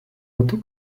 metu